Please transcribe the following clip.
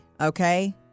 okay